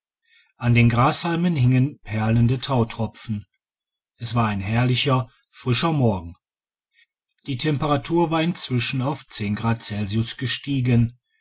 an den grashalmen hingen perlende tautropfen es war ein herrlicher frischer morgen die temperatur war inzwischen auf grad celsius gestiegen